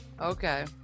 Okay